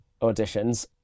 auditions